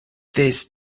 this